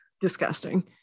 Disgusting